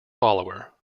follower